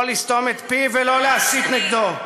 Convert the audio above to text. לא לסתום את פיו ולא להסית נגדו.